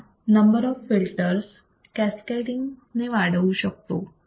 आता number of filters cascading cascading ने वाढवू शकतो